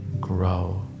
grow